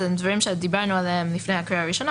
אלה דברים שדיברנו עליהם לפני הקריאה הראשונה,